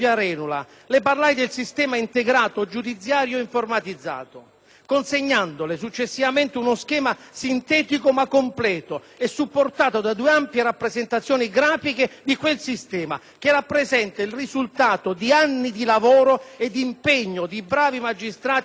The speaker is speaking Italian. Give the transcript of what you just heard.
consegnandole successivamente uno schema, sintetico ma completo e supportato da due ampie rappresentazioni grafiche di quel sistema, che rappresenta il risultato di anni di lavoro e di impegno di bravi magistrati e funzionari, coadiuvati da alti tecnici della direzione del DGSIA